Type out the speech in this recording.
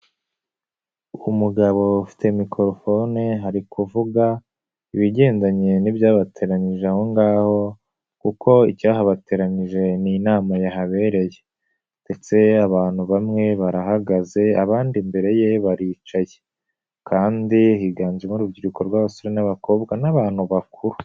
Umugabo bafite mikorofone ari kuvuga ibigendanye n'ibyabateranyije aho ngaho kuko icyahabateranyije ni inama yahabereye ndetse abantu bamwe barahagaze abandi imbere ye baricaye kandi higanjemo urubyiruko rw'abasore n'abakobwa n'abantu bakuru.